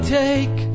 take